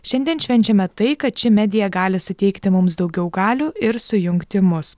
šiandien švenčiame tai kad ši medija gali suteikti mums daugiau galių ir sujungti mus